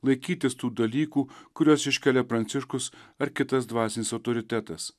laikytis tų dalykų kuriuos iškelia pranciškus ar kitas dvasinis autoritetas